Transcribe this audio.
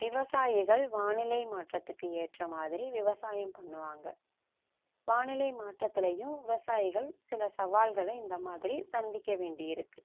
விவசாயிகள் வானிலை மாற்றத்துக்கு ஏற்ற மாதிரி விவசாயம் பண்ணுவாங்க வானிலை மாற்றத்திலேயும் விவசாயிகள் சில சவால்களை இந்தமாதிரி சந்திக்க வேண்டி இருக்குது